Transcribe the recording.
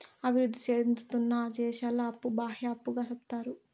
అభివృద్ధి సేందుతున్న దేశాల అప్పు బాహ్య అప్పుగా సెప్తారు